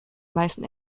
meisten